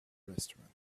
restaurant